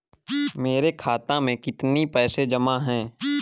मेरे खाता में कितनी पैसे जमा हैं?